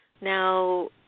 Now